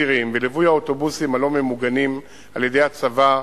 בצירים ובליווי האוטובוסים הלא-ממוגנים על-ידי הצבא,